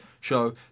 show